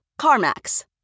CarMax